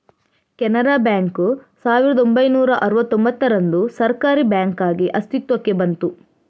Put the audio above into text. Canara bank ಸಾವಿರದ ಒಂಬೈನೂರ ಅರುವತ್ತೂಂಭತ್ತರಂದು ಸರ್ಕಾರೀ ಬ್ಯಾಂಕಾಗಿ ಅಸ್ತಿತ್ವಕ್ಕೆ ಬಂತು